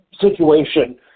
situation